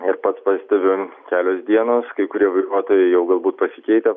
ir pats pastebim kelios dienos kai kurie vairuotojai jau galbūt pasikeitę